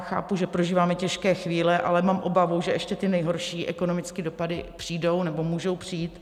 Chápu, že prožíváme těžké chvíle, ale mám obavu, že ještě ty nejhorší ekonomické dopady přijdou nebo můžou přijít.